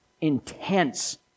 intense